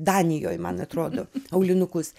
danijoj man atrodo aulinukus